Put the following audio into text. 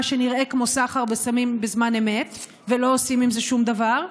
שנראה כמו סחר בסמים בזמן אמת ולא עושים עם זה שום דבר,